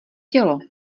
tělo